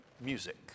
music